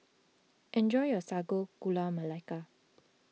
enjoy your Sago Gula Melaka